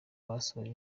basoje